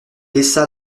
laissa